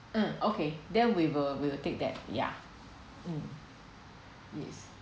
mm okay then we will we will take that ya um yes